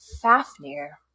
Fafnir